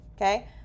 okay